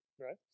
right